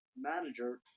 manager